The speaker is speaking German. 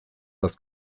das